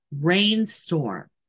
rainstorm